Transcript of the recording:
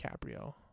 DiCaprio